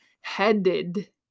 headed